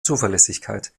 zuverlässigkeit